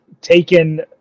taken